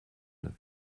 neuf